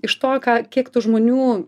iš to ką kiek tų žmonių